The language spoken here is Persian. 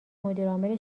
مدیرعامل